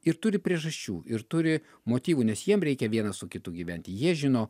ir turi priežasčių ir turi motyvų nes jiem reikia vienas su kitu gyventi jie žino